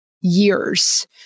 years